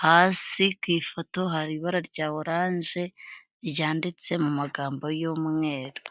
Hasi ku ifoto hari ibara rya orange ryanditse mu magambo y'umweru.